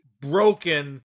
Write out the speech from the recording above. broken